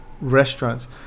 restaurants